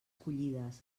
collides